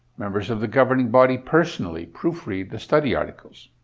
members of the governing body personally proofread the study articles.